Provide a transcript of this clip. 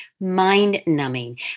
mind-numbing